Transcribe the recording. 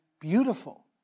beautiful